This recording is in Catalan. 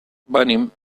venim